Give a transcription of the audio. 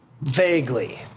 vaguely